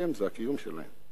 זה הקיום שלהן.